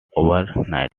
overnight